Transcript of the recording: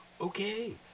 Okay